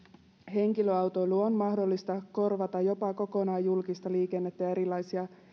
henkilöautoilu on mahdollista korvata jopa kokonaan julkista liikennettä ja erilaisia